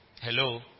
Hello